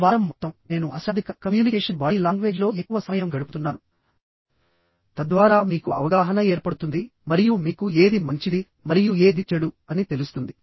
ఈ వారం మొత్తం నేను అశాబ్దిక కమ్యూనికేషన్ బాడీ లాంగ్వేజ్లో ఎక్కువ సమయం గడుపుతున్నానుతద్వారా మీకు అవగాహన ఏర్పడుతుంది మరియు మీకు ఏది మంచిది మరియు ఏది చెడు అని తెలుస్తుంది